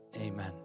Amen